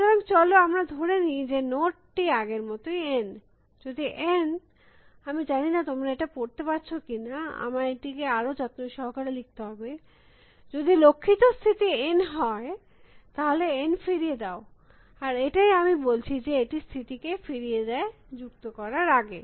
সুতরাং চল আমরা ধরে নি যে নোট টি আগের মতই N যদি N আমি জানিনা তোমরা এটা পড়তে পারছ কিনা আমায় এটিকে আরো যত্নসহকারে লিখতে হবে যদি লক্ষিত স্থিতি N হয় তাহলে N ফিরিয়ে দাও আর এটাই আমি বলছি যে এটি স্থিতিকে ফিরিয়ে দেয় যুক্ত করার আগে